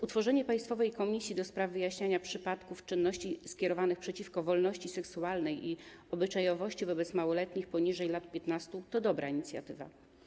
Utworzenie Państwowej Komisji do spraw wyjaśniania przypadków czynności skierowanych przeciwko wolności seksualnej i obyczajowości, wobec małoletniego poniżej lat 15 to dobra inicjatywa.